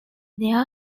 their